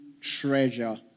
treasure